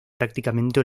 prácticamente